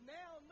now